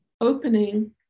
opening